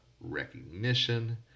recognition